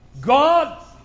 God